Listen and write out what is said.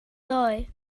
ddoe